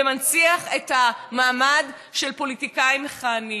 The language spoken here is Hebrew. הוא מנציח את המעמד של פוליטיקאים מכהנים.